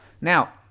Now